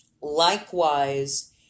Likewise